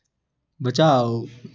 बचाओ